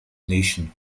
nation